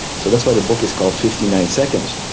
so that's why the book is called fifty nine seconds.